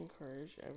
encourage